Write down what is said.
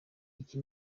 iki